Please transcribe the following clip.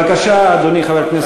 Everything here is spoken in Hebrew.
בבקשה, אדוני, חבר הכנסת פרי.